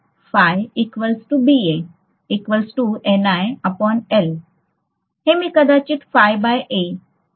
हे मी कदाचित phi बाय A आहे असे म्हणू शकते